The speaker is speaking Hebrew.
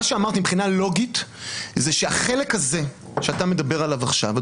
מה שאמרתי מבחינה לוגית זה שהחלק הזה שאתה מדבר עליו עכשיו,